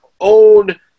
own